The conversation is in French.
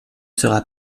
sera